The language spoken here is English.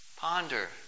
Ponder